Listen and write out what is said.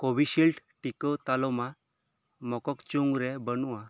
ᱠᱳᱵᱷᱤᱥᱤᱞᱰ ᱴᱤᱠᱟᱹ ᱛᱟᱞᱢᱟ ᱢᱚᱠᱚᱠᱪᱩᱝ ᱵᱟᱱᱩᱜᱼᱟ